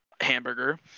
hamburger